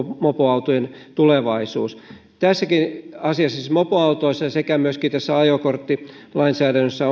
mopoautojen tulevaisuus tässäkin asiassa siis mopoautoissa sekä myöskin tässä ajokorttilainsäädännössä